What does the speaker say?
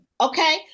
okay